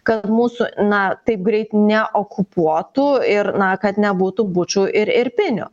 kad mūsų na taip greit neokupuotų ir na kad nebūtų bučų ir irpinių